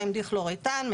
2 דיכלורואתאן,